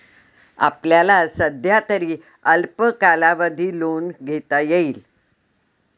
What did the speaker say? आपल्याला सध्यातरी अल्प कालावधी लोन घेता येईल